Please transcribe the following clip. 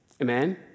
Amen